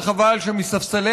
ודאעש,